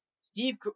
Steve